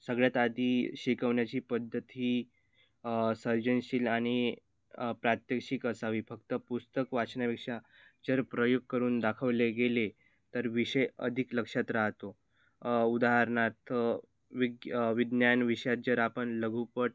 सगळ्यात आधी शिकवण्याची पद्धत ही सर्जनशील आणि प्रात्यक्षिक असावी फक्त पुस्तक वाचण्यापेक्षा जर प्रयोग करून दाखवले गेले तर विषय अधिक लक्षात राहतो उदाहरणार्थ विग् विज्ञान विषयात जर आपण लघुपट